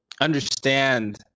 understand